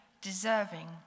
deserving